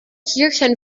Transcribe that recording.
kirschen